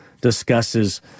discusses